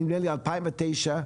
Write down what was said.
נדמה לי שבשנת 2009,